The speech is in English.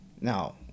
Now